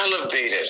elevated